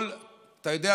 אתה יודע,